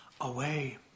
away